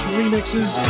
remixes